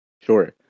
Sure